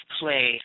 play